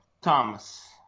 Thomas